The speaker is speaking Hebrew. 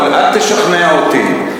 אל תשכנע אותי.